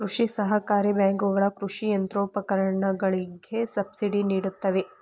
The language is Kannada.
ಕೃಷಿ ಸಹಕಾರಿ ಬ್ಯಾಂಕುಗಳ ಕೃಷಿ ಯಂತ್ರೋಪಕರಣಗಳಿಗೆ ಸಬ್ಸಿಡಿ ನಿಡುತ್ತವೆ